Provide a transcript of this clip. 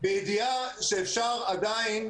-- בידיעה שאפשר עדיין